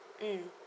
mm